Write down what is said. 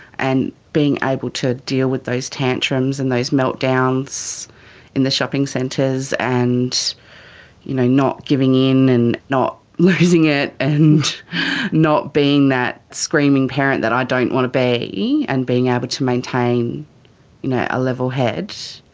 and being able to deal with those tantrums and those meltdowns in the shopping centres and you know not giving in and not losing it and not being that screaming parent that i don't want to be and being able to maintain you know a level head,